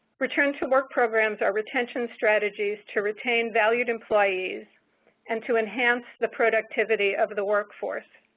return to work programs are retention strategies to retain valued employees and to enhance the productivity of the workforce.